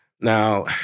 Now